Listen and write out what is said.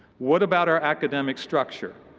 what about our academic structure?